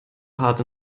hart